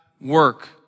work